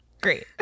Great